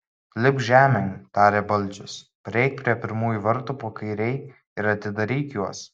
lipk žemėn tarė balčius prieik prie pirmųjų vartų po kairei ir atidaryk juos